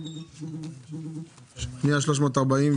הצבעה אושר.